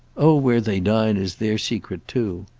oh where they dine is their secret too.